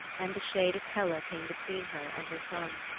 and the shade of hela came between her and her son.